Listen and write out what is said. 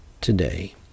today